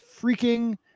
freaking